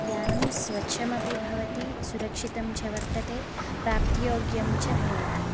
यानं स्वच्छमपि भवति सुरक्षितं च वर्तते प्राप्तियोग्यं च भवति